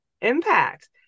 impact